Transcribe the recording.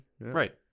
Right